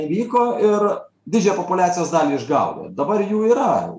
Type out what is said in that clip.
įvyko ir didžią populiacijos dalį išgavo dabar jų yra